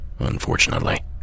unfortunately